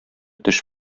теш